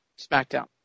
SmackDown